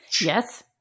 Yes